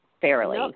Fairly